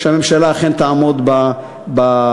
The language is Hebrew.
שהממשלה אכן תעמוד בלו"ז.